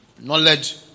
Knowledge